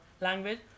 language